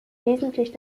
wesentlich